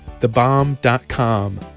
Thebomb.com